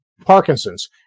Parkinson's